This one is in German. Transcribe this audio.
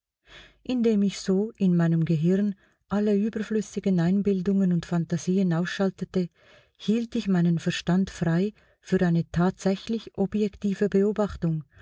indem ich so in meinem gehirn alle überflüssigen einbildungen und phantasien ausschaltete hielt ich meinen verstand frei für eine tatsächlich objektive beobachtung